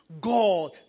God